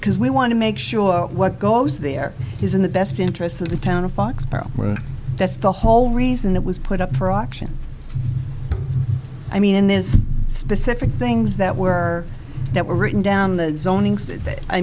because we want to make sure what goes there is in the best interests of the town of foxborough that's the whole reason it was put up for auction i mean in this specific things that were that were written down